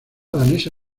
danesa